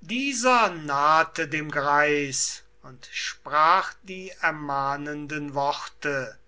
dieser nahte dem greis und sprach die ermahnenden worte